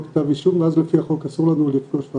כתב אישום ואז לפי החוק אסור לנו לפגוש אותו.